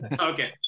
Okay